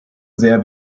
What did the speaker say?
sehr